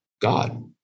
God